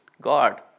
God